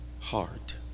Heart